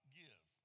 give